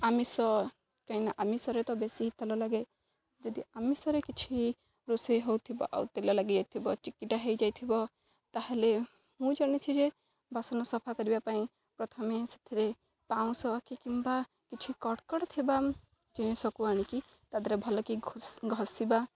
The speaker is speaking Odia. ଆମିଷ କାହିଁକିନା ଆମିଷରେ ତ ବେଶୀ ତେଲ ଲାଗେ ଯଦି ଆମିଷରେ କିଛି ରୋଷେଇ ହଉଥିବ ଆଉ ତେଲ ଲାଗିଯାଇଥିବ ଚିକିଟା ହେଇଯାଇଥିବ ତା'ହେଲେ ମୁଁ ଜାଣିଛି ଯେ ବାସନ ସଫା କରିବା ପାଇଁ ପ୍ରଥମେ ସେଥିରେ ପାଉଁଶ କି କିମ୍ବା କିଛି କଟକଟ ଥିବା ଜିନିଷକୁ ଆଣିକି ତା ଦେହରେ ଭଲକି ଘ ଘଷିବା